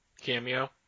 cameo